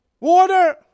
Water